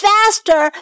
Faster